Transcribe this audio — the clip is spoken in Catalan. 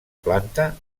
planta